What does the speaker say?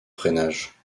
freinage